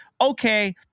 Okay